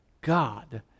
God